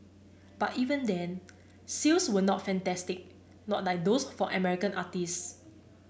but even then sales were not fantastic not like those for American artistes